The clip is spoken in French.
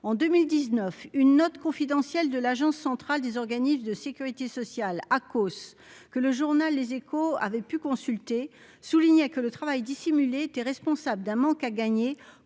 en 2019, une note confidentielle de l'Agence centrale des organismes de Sécurité sociale à cause que le journal Les Échos avaient pu consulter soulignait que le travail dissimulé, était responsable d'un manque à gagner,